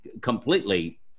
completely